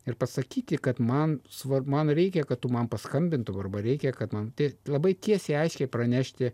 ir pasakyti kad man svar man reikia kad tu man paskambintum arba reikia kad man tie labai tiesiai aiškiai pranešti